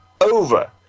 over